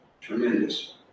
tremendous